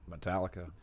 Metallica